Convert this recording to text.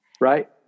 right